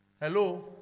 Hello